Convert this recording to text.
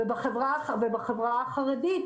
ובחברה החרדית,